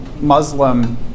Muslim